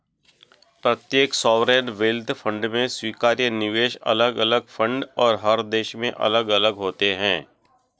प्रत्येक sovereign wealth fund में स्वीकार्य निवेश अलग अलग फंड और हर देश में अलग अलग होते हैं